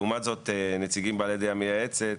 לעומת זאת, נציגים בעלי דעה מייעצת